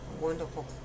wonderful